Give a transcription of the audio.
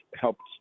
helped